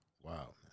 Wow